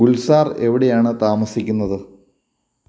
ഗുൽസാർ എവിടെയാണ് താമസിക്കുന്നത്